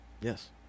Yes